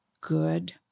good